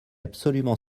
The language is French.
absolument